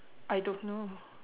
I don't know